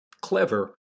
clever